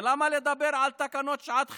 למה לדבר על תקנות שעת חירום?